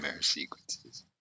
sequences